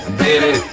baby